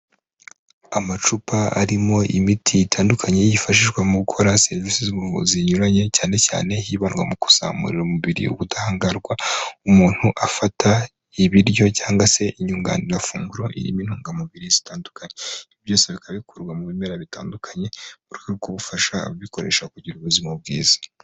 Amacupa arimo imiti itandukanye, yifashishwa mu gukora serivisi z'ubu zinyuranye, cyane cyane hibandwa mu kuzamurira umubiri ubudahangarwa, umuntu afata ibiryo cyangwa se inyunganifunguro irimo intungamubiri zitandukanye, byose bika bikurwa mu bimera bitandukanye, mu rwego gufasha aba abikoresha kugira ubuzima bwiza.